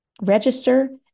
Register